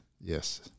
Yes